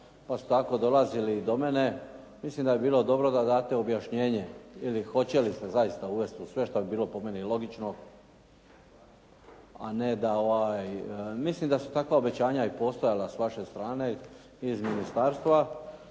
pa su tako i dolazili do mene. Mislim da bi bilo dobro da date objašnjenje ili hoće li se zaista uvest u sve što bi bilo po meni logično, a ne da… Mislim da su takva obećanja i postojala s vaše strane, iz ministarstva,